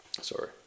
Sorry